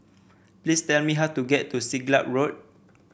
please tell me how to get to Siglap Road